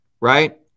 right